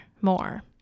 more